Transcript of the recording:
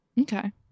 Okay